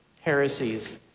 heresies